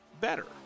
better